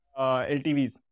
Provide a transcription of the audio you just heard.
LTVs